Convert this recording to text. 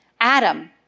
Adam